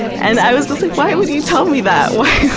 and i was just like, why would you tell me that? why?